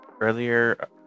earlier